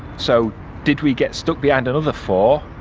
so did we get stuck behind another four?